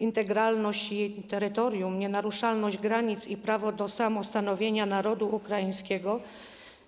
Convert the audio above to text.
Integralność jej terytorium, nienaruszalność granic i prawo do samostanowienia narodu ukraińskiego